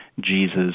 Jesus